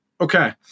okay